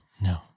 no